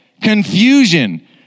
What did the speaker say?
confusion